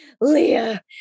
Leah